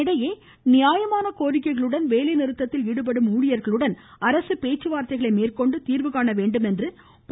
இதனிடையே நியாயமான கோரிக்கைகளுடன் வேலை நிறுத்தத்தில் ஈடுபடும் ஊழியர்களுடன் அரசு பேச்சுவார்த்தைகளை மேற்கொண்டு தீர்வு காண வேண்டும் என்று பா